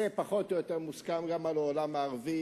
זה פחות או יותר מוסכם גם על העולם הערבי.